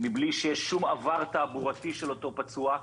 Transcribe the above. מבלי שיש שום עבר תעבורתי של אותו פצוע.